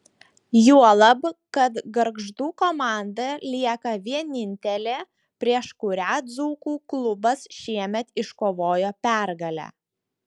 juolab kad gargždų komanda lieka vienintelė prieš kurią dzūkų klubas šiemet iškovojo pergalę